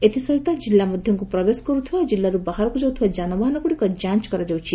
ଏଥିସହିତ କିଲ୍ଲାମଧକୁ ପ୍ରବେଶ କରୁଥିବା ଓ କିଲ୍ଲାରୁ ବାହାରକୁ ଯାଉଥିବା ଯାନବାହନଗୁଡ଼ିକ ଯାଞ କରାଯାଉଛି